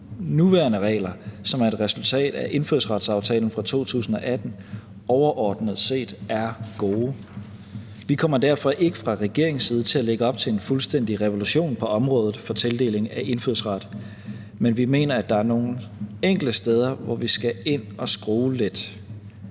nuværende regler, som er et resultat af indfødsretsaftalen fra 2018, overordnet set er gode. Vi kommer derfor ikke fra regeringens side til at lægge op til en fuldstændig revolution på området for tildeling af indfødsret, men vi mener, at der er nogle enkelte steder, hvor vi skal ind at skrue lidt,